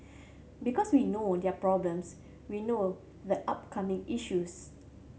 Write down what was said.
because we know their problems we know the upcoming issues